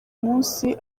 munsi